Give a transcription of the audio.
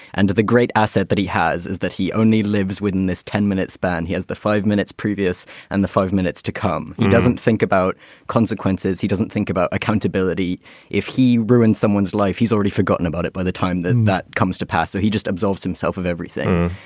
and the great asset that he has is that he only lives within this ten minute span. he has the five minutes previous and the five minutes to come. he doesn't think about consequences. he doesn't think about accountability if he ruins someone's life. he's already forgotten about it by the time that that comes to pass. so he just absolves himself of everything.